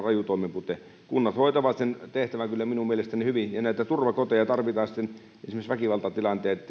raju toimenpide kunnat hoitavat sen tehtävän kyllä minun mielestäni hyvin ja näitä turvakoteja tarvitaan sitten esimerkiksi väkivaltatilanteissa